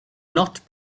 not